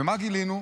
ומה גילינו?